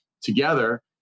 together